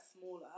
smaller